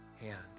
hand